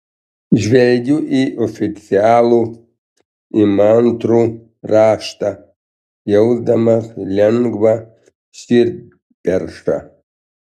žvelgiu į oficialų įmantrų raštą jausdama lengvą širdperšą